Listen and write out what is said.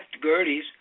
Gertie's